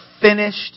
finished